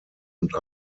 und